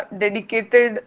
dedicated